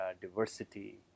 diversity